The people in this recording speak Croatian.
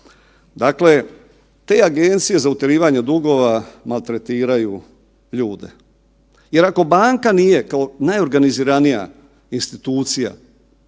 Dakle, te agencije za utjerivanje dugova maltretiraju ljude jer ako banka nije kao najorganiziranija institucija